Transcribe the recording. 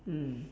mm